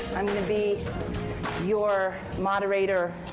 i'm going to be your moderator